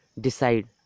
decide